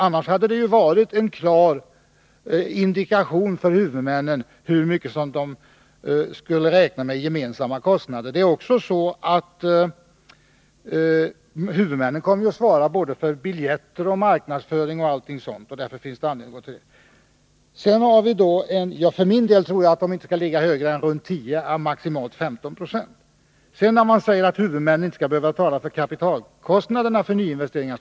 Annars hade det funnits en indikation för huvudmännen då det gäller hur mycket man skulle beräkna de gemensamma kostnaderna till. För min del tror jag att kostnaderna inte skall ligga högre än på 10, eller maximalt 15 26 av särkostnaderna. Det är också så, att huvudmännen kommer att svara för både biljetter och marknadsföring etc. Det är en självklarhet när man säger att huvudmännen inte skall behöva stå för kapitalkostnaderna för nyinvesteringar.